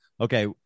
okay